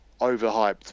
overhyped